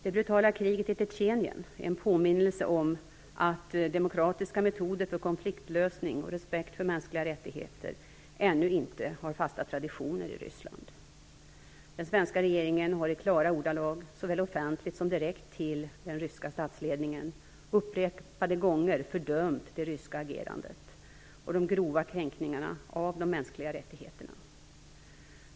Det brutala kriget i Tjetjenien är en påminnelse om att demokratiska metoder för konfliktlösning och respekt för mänskliga rättigheter ännu inte har fasta traditioner i Ryssland. Den svenska regeringen har i klara ordalag, såväl offentligt som direkt till den ryska statsledningen, upprepade gånger fördömt det ryska agerandet och de grova kränkningarna av de mänskliga rättigheterna.